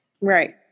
right